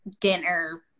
dinner